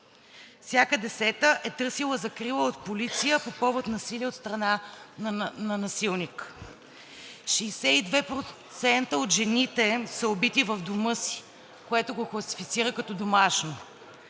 Всяка десета е търсила закрила от полиция по повод насилие от страна на насилник, 62% от жените са убити в дома си, което го класифицира като домашно.